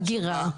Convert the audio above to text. אגירה.